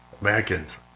Americans